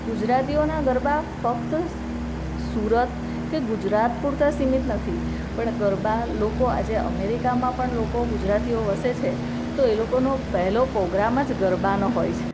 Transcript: ગુજરાતીઓના ગરબા ફક્ત સુરત કે ગુજરાત પૂરતા સીમિત નથી પણ ગરબા લોકો આજે અમેરિકામાં પણ લોકો ગુજરાતીઓ વસે છે તો એ લોકોનો પહેલો પ્રોગ્રામ જ ગરબાનો હોય છે